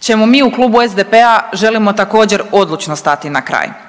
čemu mi u Klubu SDP-a želimo također odlučno stati na kraj